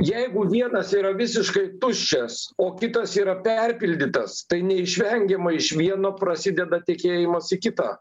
jeigu vienas yra visiškai tuščias o kitas yra perpildytas tai neišvengiamai iš vieno prasideda tekėjimas į kitą